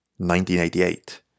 1988